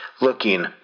looking